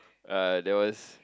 uh there was